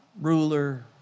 ruler